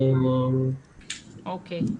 אז רגע,